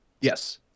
yes